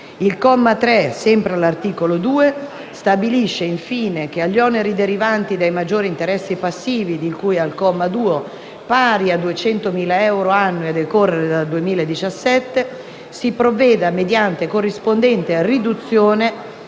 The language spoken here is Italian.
Il comma 3, sempre dell'articolo 2, stabilisce che agli oneri derivanti dai maggiori interessi passivi, di cui al comma 2, pari a 200.000 euro annui a decorrere dal 2017, si provvede mediante corrispondente riduzione